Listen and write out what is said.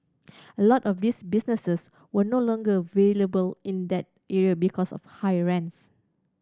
a lot of these businesses were no longer viable in that area because of high rents